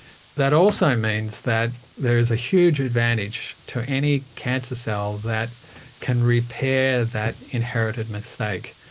that also means that there is a huge advantage to any cancer cell that can repair that inherited mistake,